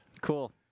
Cool